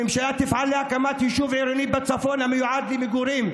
הממשלה תפעל להקמת יישוב עירוני בצפון המיועד למגורים,